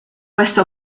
queste